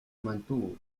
mantuvo